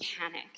panicked